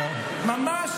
ממש,